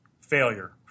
failure